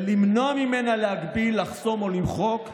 ולמנוע ממנה להגביל, לחסום או למחוק חשבונות.